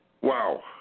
wow